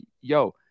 Yo